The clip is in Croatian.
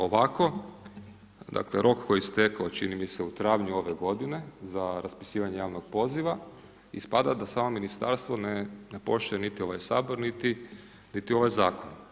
Ovako, dakle rok koji je istekao čini mi se u travnju ove godine za raspisivanje javnog poziva, ispita da samo Ministarstvo ne poštuje niti ovaj Sabor, niti ovaj Zakon.